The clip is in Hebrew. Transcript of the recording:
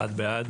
הצבעה בעד,